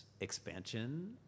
expansion